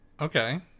Okay